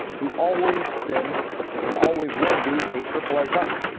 we've always been and always will be a triple-a country.